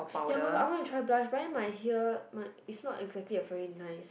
ya want I wanna try brush but then my here my it's not exactly a very nice